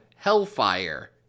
hellfire